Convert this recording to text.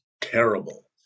terrible